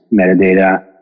metadata